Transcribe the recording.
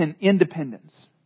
Independence